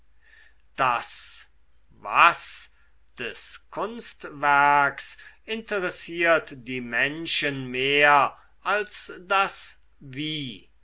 das was des kunstwerks interessiert die menschen mehr als das wie